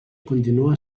continua